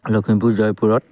লখিমপুৰ জয়পুৰত